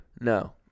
No